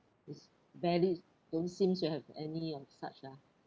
it's very don't seems to have any of such lah